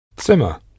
Zimmer